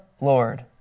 Lord